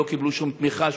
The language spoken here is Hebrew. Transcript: הם לא קיבלו שום תמיכה,